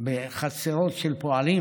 בחצרות של פועלים,